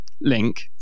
link